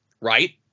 right